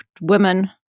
women